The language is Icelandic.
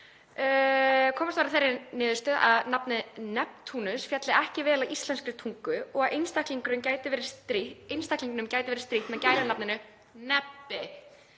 Komist var að þeirri niðurstöðu að nafnið Neptúnus félli ekki vel að íslenskri tungu og að einstaklingnum gæti verið strítt með gælunafninu Nebbi.